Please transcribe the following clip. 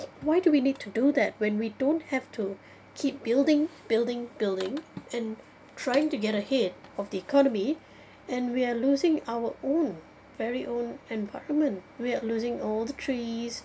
why do we need to do that when we don't have to keep building building building and trying to get ahead of the economy and we are losing our own very own environment we are losing all the trees